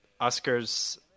Oscars